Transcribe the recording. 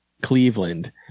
Cleveland